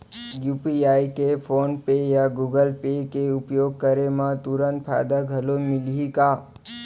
UPI के PhonePe या Google Pay के उपयोग करे म तुरंत फायदा घलो मिलही का?